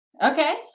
Okay